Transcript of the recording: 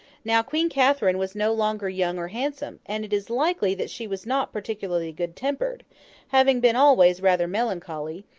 now, queen catherine was no longer young or handsome, and it is likely that she was not particularly good-tempered having been always rather melancholy,